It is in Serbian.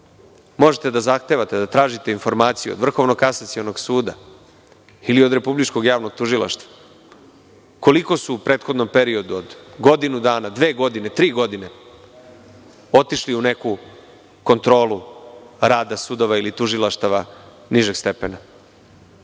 Možete da zahtevate da tražite informaciju od Vrhovnog kasacionog suda ili od Republičkog javnog tužilaštva - koliko su u prethodnom periodu od godinu dana, dve godine, tri godine otišli u neku kontrolu rada sudova ili tužilaštava nižeg stepena.